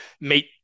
meet